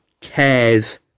cares